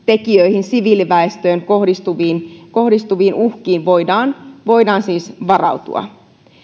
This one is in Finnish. uhkatekijöihin siviiliväestöön kohdistuviin kohdistuviin uhkiin voidaan voidaan siis varautua